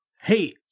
Hey